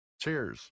Cheers